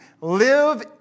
Live